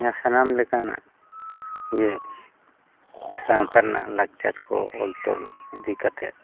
ᱡᱟᱦᱟᱸ ᱥᱟᱱᱟᱢ ᱞᱮᱠᱟᱱᱟᱜ ᱜᱮ ᱥᱟᱶᱛᱟ ᱨᱮᱱᱟᱜ ᱞᱟᱠᱪᱟᱨ ᱠᱚ ᱚᱞ ᱛᱚᱞ ᱤᱫᱤ ᱠᱟᱛᱮᱫ